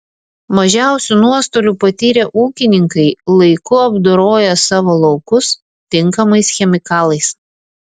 mažiausių nuostolių patyrė ūkininkai laiku apdoroję savo laukus tinkamais chemikalais